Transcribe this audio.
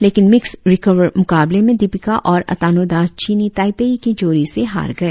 लेकिन मिक्स्ड रीकर्व मुकाबले में दीपिका और अतानुदास चीनी ताईपेई की जोड़ी से हार गए